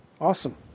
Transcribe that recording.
Awesome